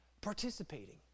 participating